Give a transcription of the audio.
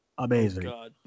Amazing